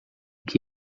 que